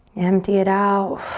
empty it out.